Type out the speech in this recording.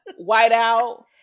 whiteout